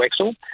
Wexel